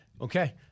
Okay